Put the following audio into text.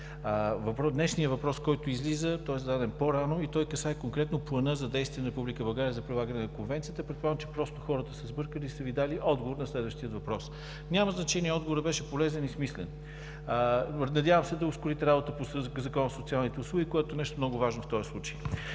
Днешният въпрос, който излиза, е зададен по-рано и касае конкретно Плана за действие на Република България за прилагане на Конвенцията. Предполагам, че просто хората са сбъркали и са Ви дали отговор на следващия въпрос. Няма значение, отговорът беше полезен и смислен. Надявам се да ускорите работата по Закона за социалните услуги, което е нещо много важно в този случай.